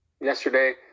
yesterday